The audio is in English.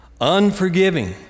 unforgiving